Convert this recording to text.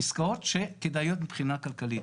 עסקאות שכדאיות מבחינה כלכלית.